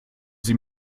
sie